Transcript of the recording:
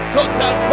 Total